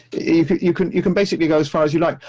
you can you can basically go as far as you like.